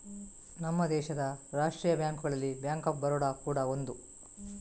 ನಮ್ಮ ದೇಶದ ರಾಷ್ಟೀಯ ಬ್ಯಾಂಕುಗಳಲ್ಲಿ ಬ್ಯಾಂಕ್ ಆಫ್ ಬರೋಡ ಕೂಡಾ ಒಂದು